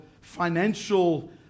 financial